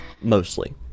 mostly